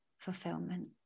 fulfillment